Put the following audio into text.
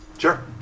Sure